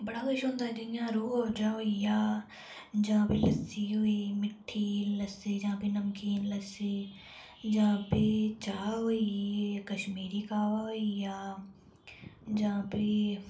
बडा कुछ होंदा रोअफजा होई गेआ जां लस्सी होई गेई मिट्ठी लस्सी जां फिह नमकीन लस्सी जां फिह् चाह् होई गेई कश्मीरी काहबा होई गेआ जां फ्ही